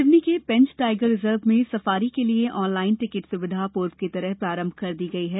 सिवनी के Pench tiger reserve में safari के लिये ऑनलाइन टिकिट सुविधा पूर्व की तरह प्रारंभ कर दी गई है